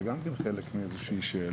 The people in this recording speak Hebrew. זה גם חלק מאיזו שהיא שאלה.